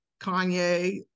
Kanye